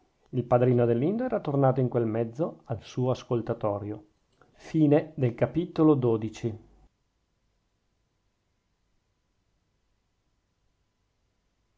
il padrino adelindo era tornato in quel mezzo al suo ascoltatori i